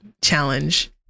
challenge